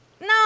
No